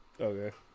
Okay